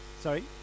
Sorry